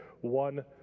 one